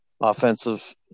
offensive